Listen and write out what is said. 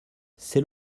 c’est